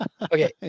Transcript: Okay